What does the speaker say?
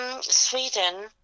sweden